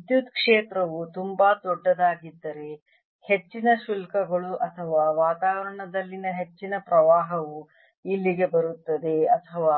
ವಿದ್ಯುತ್ ಕ್ಷೇತ್ರವು ತುಂಬಾ ದೊಡ್ಡದಾಗಿದ್ದರೆ ಹೆಚ್ಚಿನ ಶುಲ್ಕಗಳು ಅಥವಾ ವಾತಾವರಣದಲ್ಲಿನ ಹೆಚ್ಚಿನ ಪ್ರವಾಹವು ಇಲ್ಲಿಗೆ ಬರುತ್ತದೆ ಅಥವಾ